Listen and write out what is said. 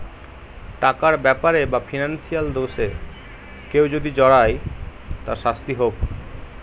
টাকার ব্যাপারে বা ফিনান্সিয়াল দোষে কেউ যদি জড়ায় তার শাস্তি হোক